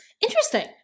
Interesting